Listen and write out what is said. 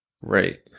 Right